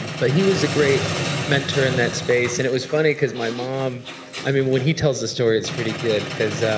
but he was a great mentor in that space. and it was funny, because my mom i mean when he tells the story it's pretty good, because